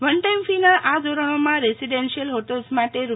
one time fee ના આ ધોરણોમાં રેસડિન્શયલ હોટેલ્સ માટે રૂ